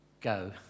go